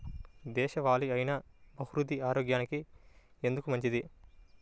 దేశవాలి అయినా బహ్రూతి ఆరోగ్యానికి ఎందుకు మంచిది?